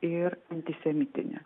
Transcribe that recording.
ir antisemitinė